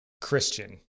Christian